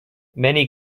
many